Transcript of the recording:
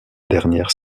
dernière